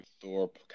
Thorpe